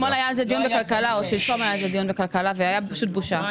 אתמול או שלשום היה על זה דיון בוועדת הכלכלה ופשוט הייתה בושה.